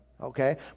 Okay